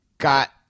got